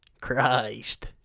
Christ